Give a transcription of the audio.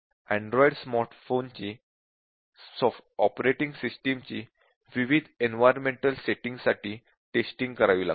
Android smartphone ची operating system ची विविध इन्वाइरन्मेन्टल सेटिंग्ज साठी टेस्टिंग करावी लागते